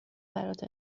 برات